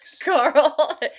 Carl